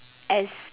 as